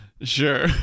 Sure